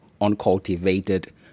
uncultivated